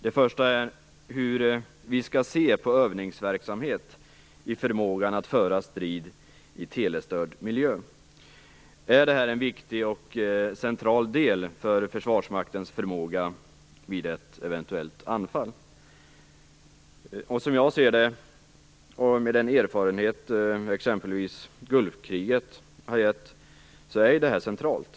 Den första gäller hur vi skall se på verksamhet med övning i att föra strid i telestörd miljö. Är det en viktig och central del av försvarsmaktens förmåga vid ett eventuellt anfall? Som jag ser det, och enligt den erfarenhet som exempelvis Gulfkriget har givit, är det centralt.